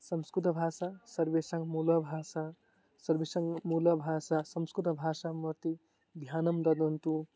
संस्कृतभाषा सर्वासां मूलभाषा सर्वासां मूलभाषा संस्कृतभाषा भवति ध्यानं ददन्तु